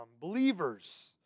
believers